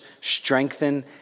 strengthen